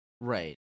Right